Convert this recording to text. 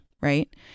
right